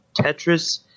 Tetris